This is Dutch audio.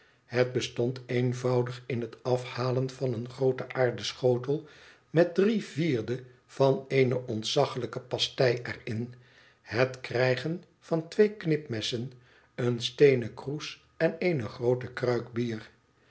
het bestond eenvoudig in het afhalen van een grooten aarden schotel met drie vierde van eene ontzaglijke pastei er in het krijgen van twee knipmessen een steenen kroes en eene groote kruik bier